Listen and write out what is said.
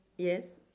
yes